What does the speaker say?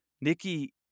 Nikki